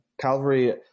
Calvary